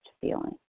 feeling